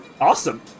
Awesome